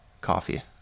coffee